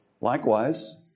Likewise